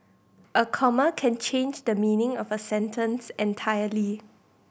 a comma can change the meaning of a sentence entirely